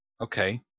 Okay